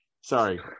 sorry